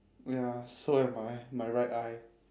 ya so am I my right eye